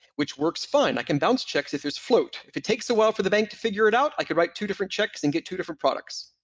which works fine. i can bounce checks if there's float. if it takes a while for the bank to figure it out, i can write two different checks and get two different products.